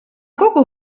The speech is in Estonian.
kogu